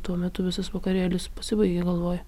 tuo metu visas vakarėlis pasibaigė galvoj